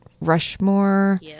Rushmore